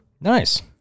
Nice